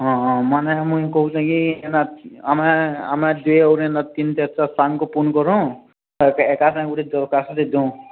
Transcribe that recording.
ହଁ ହଁ ମାନେ ମୁଇଁ କହୁଚେଁ କି ଇନା ଆମେ ଆମେ ଦେ ଆଉ ତିନି୍ ଚାର୍ଟା ସାଙ୍ଗ୍କୁ ଫୋନ୍ କରୁ ଏକା ସାଙ୍ଗେ ଗୁଟେ ଦରଖାସ୍ତ୍ଟେ ଦଉଁ